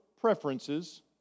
preferences